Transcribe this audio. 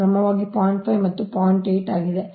8 ಆಗಿದೆ